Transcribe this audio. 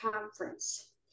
conference